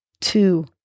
two